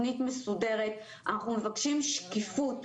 אנחנו מבקשים שקיפות.